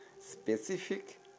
specific